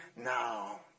now